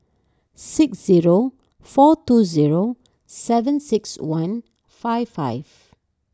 six zero four two zero seven six one five five